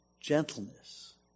gentleness